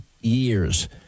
years